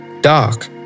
dark